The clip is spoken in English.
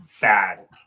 bad